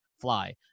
fly